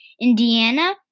Indiana